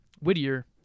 whittier